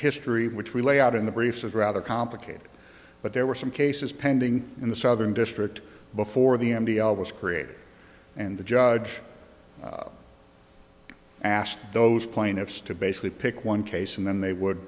history which we lay out in the briefs is rather complicated but there were some cases pending in the southern district before the m t l was created and the judge asked those plaintiffs to basically pick one case and then they would